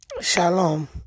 Shalom